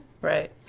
Right